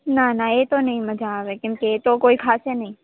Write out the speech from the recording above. નાના એ તો નહીં મજા આવે કેમ કે એતો કોઈ ખાશે નહીં